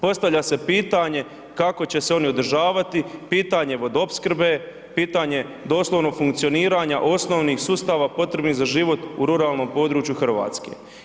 Postavlja se pitanje kako će se oni održavati, pitanje vodoopskrbe, pitanje doslovno funkcioniranja osnovnih sustava potrebnih za život u ruralnom području Hrvatske.